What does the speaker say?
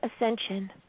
ascension